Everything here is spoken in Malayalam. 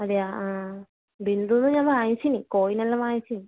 അതെയോ ആ ബിന്ദുന്ന് ഞാൻ വാങ്ങിച്ചിനി കോയിൻ ഒരെണ്ണം വാങ്ങിച്ചു